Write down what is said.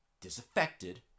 disaffected